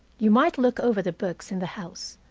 you might look over the books in the house.